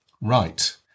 Right